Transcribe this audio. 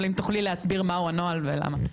אבל אם תוכלי להסביר מהו הנוהל ולמה?